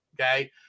okay